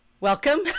Welcome